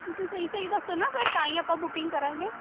ਤੁਸੀਂ ਸਹੀ ਸਹੀ ਦੱਸੋ ਨਾ ਫਿਰ ਤਾਂ ਹੀ ਆਪਾਂ ਬੁਕਿੰਗ ਕਰਾਂਗੇ